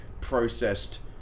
processed